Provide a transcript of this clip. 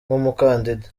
nk’umukandida